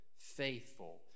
faithful